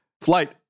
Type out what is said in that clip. flight